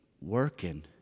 working